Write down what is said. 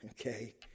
okay